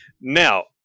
Now